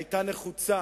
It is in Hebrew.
היתה נחוצה